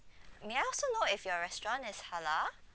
may I also know if your restaurant is halal